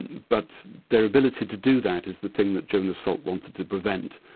but their ability to do that is the thing that jonas salk wanted to prevent.